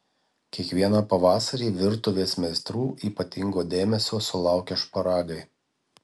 kiekvieną pavasarį virtuvės meistrų ypatingo dėmesio sulaukia šparagai